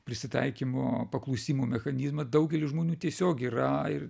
prisitaikymo paklusimo mechanizmą daugelis žmonių tiesiog yra ir